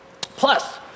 Plus